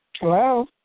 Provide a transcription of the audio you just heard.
Hello